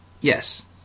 Yes